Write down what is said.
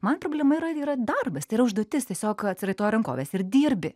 man problema yra yra darbas tai yra užduotis tiesiog atsiraitoji rankoves ir dirbi